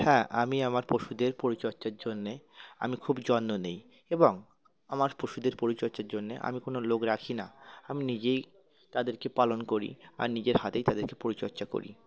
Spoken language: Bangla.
হ্যাঁ আমি আমার পশুদের পরিচর্যার জন্যে আমি খুব যত্ন নিই এবং আমার পশুদের পরিচর্যার জন্যে আমি কোনো লোক রাখি না আমি নিজেই তাদেরকে পালন করি আর নিজের হাতেই তাদেরকে পরিচর্যা করি